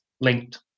linked